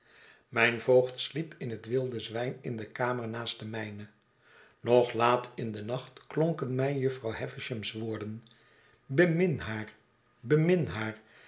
mijn voogd sliep in het wilde zwijn in de kamer naast de mijne nog laat in den nachtklonken mij jufvrouw havisham's woorden u bemin haar bemin haar